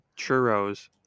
churros